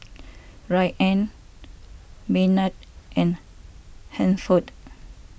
Rayna Maynard and Hansford